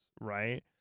right